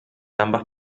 ambas